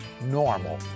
normal